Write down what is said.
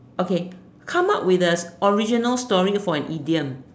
okay come up with a original story for an idiom